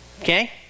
Okay